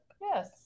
Yes